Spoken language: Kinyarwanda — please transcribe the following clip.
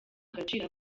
gaciro